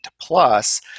Plus